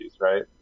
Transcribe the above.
right